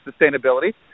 sustainability